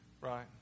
Right